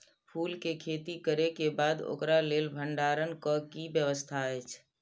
फूल के खेती करे के बाद ओकरा लेल भण्डार क कि व्यवस्था अछि?